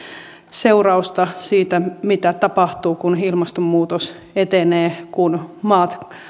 seurausta siitä mitä tapahtuu kun ilmastonmuutos etenee kun maat